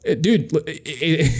dude